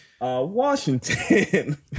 Washington